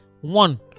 One